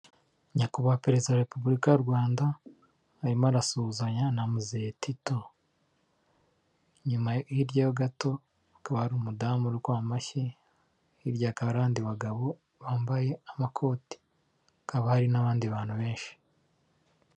Nyakubahwa perezida wa repubulika y'u Rwanda, arimo arasuhuzanya na mozehe Tito, inyuma ye hirya gato, hakaba ari umudamu urigukoma amashyi, hirya hakab harabandi bagabo bambaye amakote. Hakaba hari n'abandi bantu benshi.